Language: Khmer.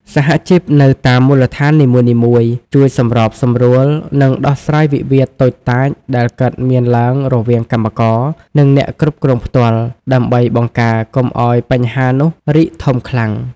សហជីពនៅតាមមូលដ្ឋាននីមួយៗ ជួយសម្របសម្រួល និងដោះស្រាយវិវាទតូចតាចដែលកើតមានឡើងរវាងកម្មករ និងអ្នកគ្រប់គ្រងផ្ទាល់ ដើម្បីបង្ការកុំឱ្យបញ្ហានោះរីកធំខ្លាំង។